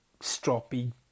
stroppy